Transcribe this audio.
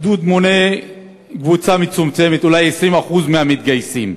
הגדוד מונה קבוצה מצומצמת, אולי 20% מהמתגייסים.